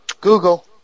Google